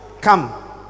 Come